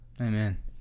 Amen